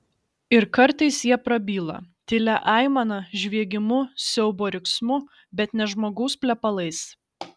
ir kartais jie prabyla tylia aimana žviegimu siaubo riksmu bet ne žmogaus plepalais